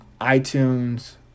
iTunes